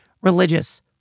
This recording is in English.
religious